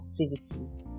activities